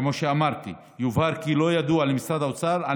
כמו שאמרתי: יובהר כי לא ידוע למשרד האוצר על